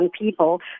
people